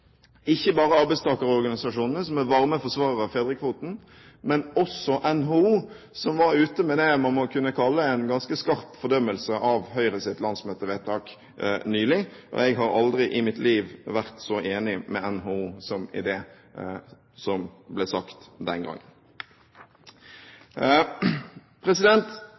ikke bare fra arbeidstakerorganisasjonene, som er varme forsvarere av fedrekvoten, men også NHO, som var ute med det man må kunne kalle en ganske skarp fordømmelse av Høyres landsmøtevedtak nylig. Jeg har aldri i mitt liv vært så enig med NHO som i det som ble sagt